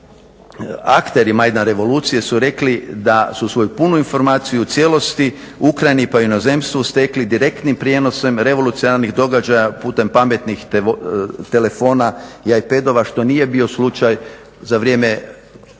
akteri … revolucije su rekli da su svoju punu informaciju u cijelosti, o Ukrajini pa i inozemstvu stekli direktnim prijenosom revolucionarnih događaja putem pametnih telefona i iPadova što nije bio slučaj za vrijeme